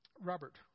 Robert